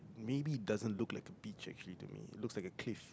maybe it doesn't look like a beach actually to me it looks like a cliff